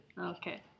Okay